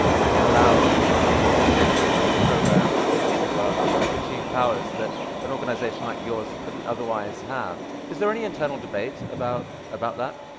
it allows the initiation of these programs to to achieve powers that an organization like yours couldn't otherwise have. is there any internal debate about about that?